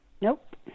Nope